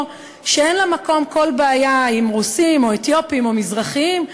שאין למקום כל בעיה עם רוסים או אתיופים או מזרחים,